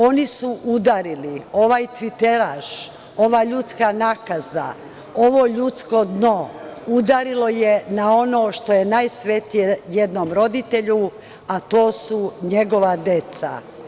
Oni su udarili, ovaj tviteraš, ova ljudska nakaza, ovo ljudsko dno udarilo je na ono što je najsvetije jednom roditelju, a to su njegova deca.